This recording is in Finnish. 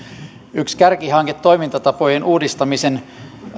yksi kärkihanke toimintatapojen uudistamisen